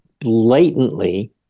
blatantly